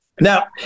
Now